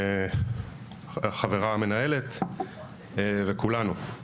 גם מדבריה של המנהלת וגם מכולנו.